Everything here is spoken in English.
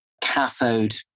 cathode